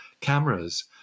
cameras